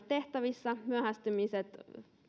tehtävissä myöhästymiset